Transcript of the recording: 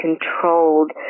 controlled